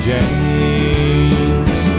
James